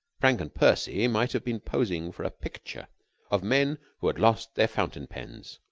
frank and percy might have been posing for a picture of men who had lost their fountain pens.